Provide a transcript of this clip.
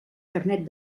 carnet